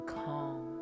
calm